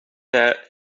there